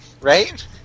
right